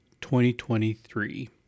2023